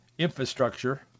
Infrastructure